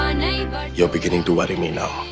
you're beginning to worry me now.